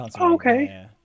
Okay